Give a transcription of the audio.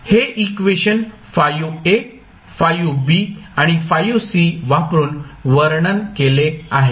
हे इक्वेशन आणि वापरून वर्णन केले आहे